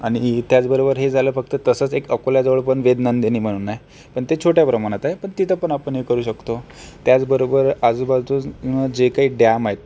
आणि त्याचबरोबर हे झालं फक्त तसंच एक अकोलाजवळ पण वेदनंदिनी म्हणून आहे पण ते छोट्या प्रमाणात आहे पण तिथेपण आपण हे करू शकतो त्याचबरोबर आजूबाजू जे काही डॅम आहेत